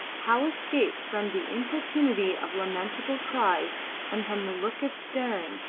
how escape from the importunity of lamentable cries and from the look of staring,